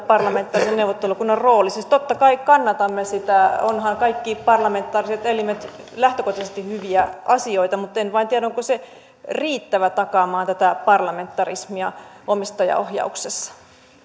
parlamentaarisen neuvottelukunnan rooli siis totta kai kannatamme sitä ovathan kaikki parlamentaariset elimet lähtökohtaisesti hyviä asioita mutten vain tiedä onko se riittävä takaamaan tätä parlamentarismia omistajaohjauksessa